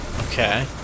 Okay